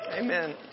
Amen